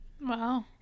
Wow